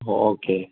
okay